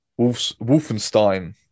Wolfenstein